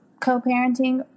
co-parenting